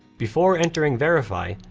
before entering verify,